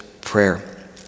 prayer